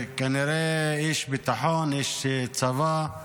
וכנראה שאיש ביטחון, איש צבא,